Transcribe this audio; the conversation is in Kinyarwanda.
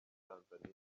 tanzaniya